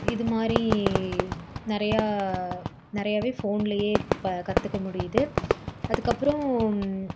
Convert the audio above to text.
இது மாதிரி நிறையா நிறையாவே ஃபோன்லையே ப கற்றுக்க முடியுது அதுக்கப்புறம்